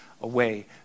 away